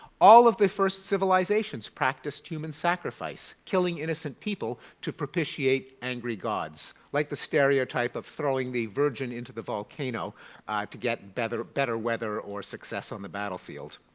all of the first civilizations practiced human sacrifice. killing innocent people to propitiate angry gods like the stereotype of throwing the virgin into the volcano to get better better weather or success on the battlefield.